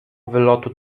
wylotu